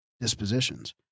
dispositions